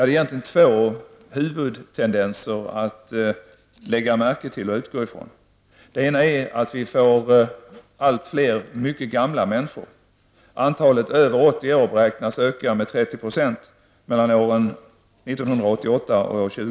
Det finns två huvudtendenser att lägga märke till och utgå från. Den ena är att vi får allt fler mycket gamla människor. Antalet människor över 80 år beräknas öka med 30 % mellan år 1988 och år 2000.